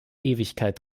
ewigkeit